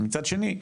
ומצד שני,